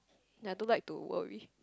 ye I don't like to worry